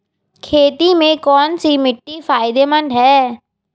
खेती में कौनसी मिट्टी फायदेमंद है?